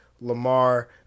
Lamar